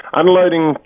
unloading